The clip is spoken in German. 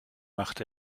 macht